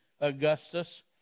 Augustus